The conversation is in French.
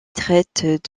traite